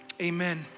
amen